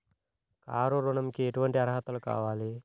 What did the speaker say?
Car ఋణంకి ఎటువంటి అర్హతలు కావాలి?